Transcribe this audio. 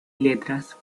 letras